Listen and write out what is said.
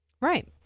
Right